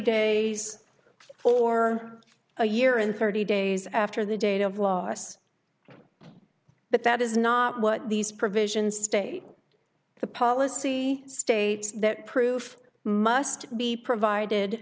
days for a year and thirty days after the date of loss but that is not what these provisions stay the policy states that proof must be provided